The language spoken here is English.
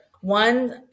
One